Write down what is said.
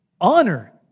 honor